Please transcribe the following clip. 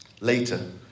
Later